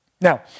Now